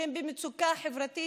שהם במצוקה חברתית,